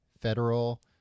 federal